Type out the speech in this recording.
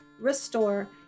restore